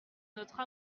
notre